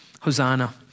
Hosanna